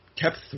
kept